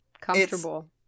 comfortable